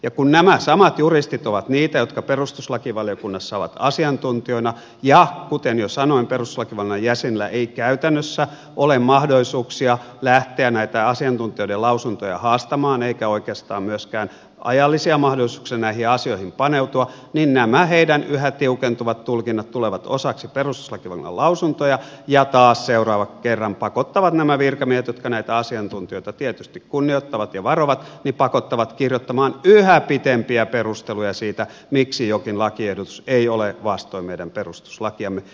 ja kun nämä samat juristit ovat niitä jotka perustuslakivaliokunnassa ovat asiantuntijoina ja kuten jo sanoin perustuslakivaliokunnan jäsenillä ei käytännössä ole mahdollisuuksia lähteä näitä asiantuntijoiden lausuntoja haastamaan eikä oikeastaan myöskään ajallisia mahdollisuuksia näihin asioihin paneutua niin nämä heidän yhä tiukentuvat tulkintansa tulevat osaksi perustuslakivaliokunnan lausuntoja ja taas seuraavan kerran pakottavat nämä virkamiehet jotka näitä asiantuntijoita tietysti kunnioittavat ja varovat kirjoittamaan yhä pitempiä perusteluja siitä miksi jokin lakiehdotus ei ole vastoin meidän perustuslakiamme